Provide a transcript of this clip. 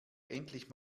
endlich